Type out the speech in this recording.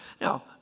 Now